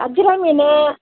வஜ்ரம் மீன்